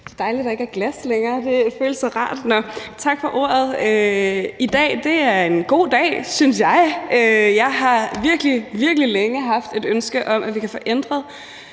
Det er dejligt, at der ikke er glas længere – det føles så rart. I dag er en god dag, synes jeg. Jeg har virkelig, virkelig længe haft et ønske om, at vi kan få ændret